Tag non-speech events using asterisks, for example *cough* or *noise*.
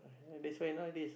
*noise* that's why nowadays